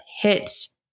hits